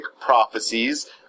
prophecies